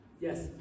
Yes